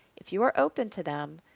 if you are open to them,